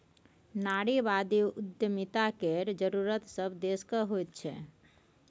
नारीवादी उद्यमिता केर जरूरत सभ देशकेँ होइत छै